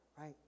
right